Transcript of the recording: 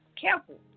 careful